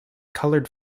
colored